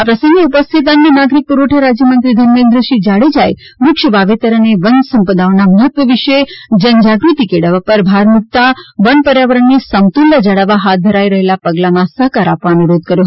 આ પ્રસંગે ઉપસ્થિત અન્ન નાગરિક પુરવઠા રાજ્યમંત્રી ધમેન્દ્રસિંહ જાડેજાએ વૃક્ષ વાવેતર અને વન સંપદાઓના મહત્વ વિશે જનજાગૃતિ કેળવવા પર ભાર મુક્તા વન પર્યાવરણની સમતુલા જાળવવા હાથ ધરાઇ રહેલા પગલામાં સહકાર આપવા અનુરોધ કર્યો હતો